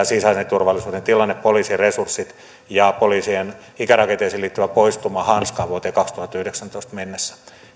sisäisen turvallisuuden tilanne poliisin resurssit ja poliisien ikärakenteeseen liittyvä poistuma hanskaan vuoteen kaksituhattayhdeksäntoista mennessä